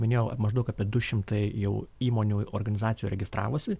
minėjau maždaug apie du šimtai jau įmonių organizacijų registravosi